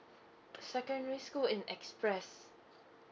secondary school in express